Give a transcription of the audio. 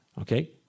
Okay